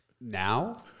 Now